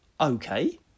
okay